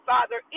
Father